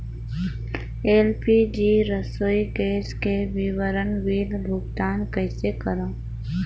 LPG रसोई gas के विवरण बिल भुगतान कइसे करों?